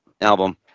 album